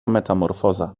metamorfoza